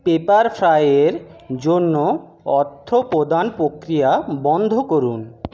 পেপারফ্রাইয়ের জন্য অর্থ প্রদান প্রক্রিয়া বন্ধ করুন